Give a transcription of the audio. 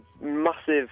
massive